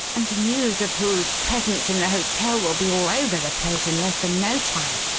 and the news of whose presence in the hotel will be all over the place in less than no time!